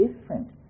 different